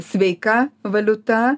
sveika valiuta